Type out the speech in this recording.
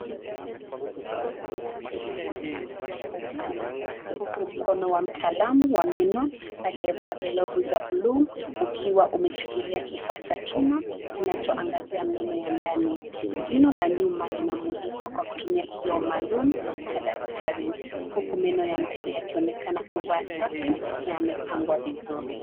Mdomo wa mtu umefunguliwa kwa upana huku mkono wa mtaalamu wa meno aliyavaa glovu za buluu ukiwa umeshikilia kifaa cha chuma kinachoangazia meno ya ndani. Jino la nyuma linamulikwa kwa kutumia kioo maalum cha daktari Huku meno ya mbele yakionekana kuwa safi na yamepangwa vizuri.